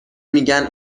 میگن